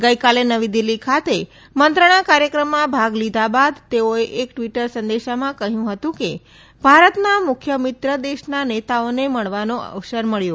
ગઇકાલે નવી દીલ્ફી ખાતે મંત્રણા કાર્યક્રમમાં ભાગ લીધા બાદ તેઓએ એક ટવીટર સંદેશમાં કહ્યું હતું કે ભારતના મુખ્ય મિત્ર દેશના નેતાઓને મળવાનો અવસર મળ્યો